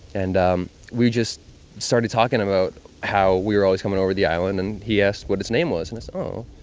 and um we just started talking about how we were always coming over the island and he asked what its name was, and its oh,